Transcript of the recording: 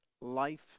life